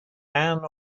ann